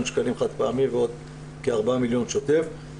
שקלים חד פעמי ועוד כ-4 מיליון ₪ שוטף.